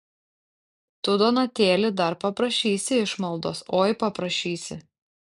tu donatėli dar paprašysi išmaldos oi paprašysi